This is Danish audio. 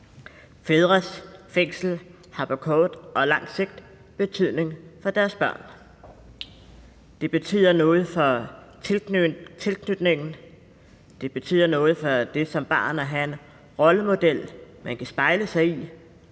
Fædres fængselsophold har på kort og lang sigt betydning for deres børn. Det betyder noget for tilknytningen, det betyder noget for det som barn at have en rollemodel, man kan spejle sig i,